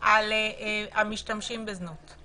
על המשתמשים בזנות.